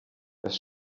das